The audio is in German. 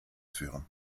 führen